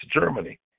Germany